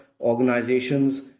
organizations